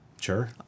Sure